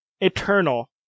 eternal